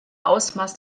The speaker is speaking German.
ausmaß